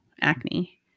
acne